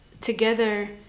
together